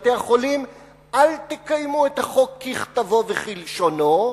לבתי-החולים: אל תקיימו את החוק ככתבו וכלשונו,